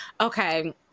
Okay